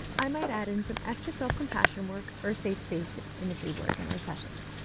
i might add in some extra self-compassion work or safe space imagery work in our sessions.